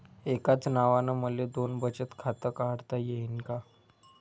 एकाच नावानं मले दोन बचत खातं काढता येईन का?